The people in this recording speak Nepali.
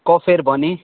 कफेर भने